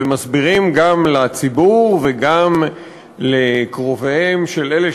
ומסבירים גם לציבור וגם לקרוביהם של אלה